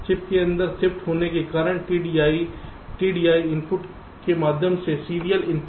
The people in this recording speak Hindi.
चिप के अंदर शिफ्ट होने के कारण TDI TDI इनपुट के माध्यम से सीरियल इनपुट